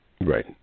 Right